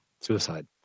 suicide